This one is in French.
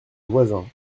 voisin